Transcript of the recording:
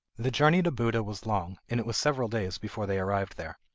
the journey to buda was long, and it was several days before they arrived there.